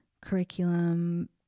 curriculum